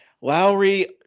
Lowry